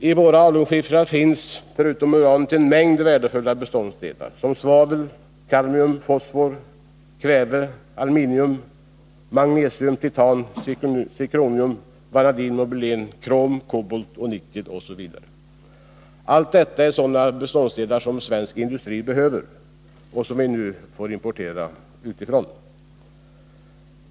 I våra alunskiffrar finns förutom uran en mängd värdefulla beståndsdelar som svavel, kalium, fosfor, kväve, aluminium, magnesium, titan, zirkonium, vanadin, molybden, krom, kobolt, nickel m.m. Detta är sådana ämnen som svensk industri behöver och som vi nu importerar.